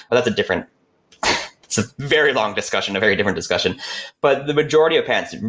but that's a different it's a very long discussion, a very different discussion but the majority of patents,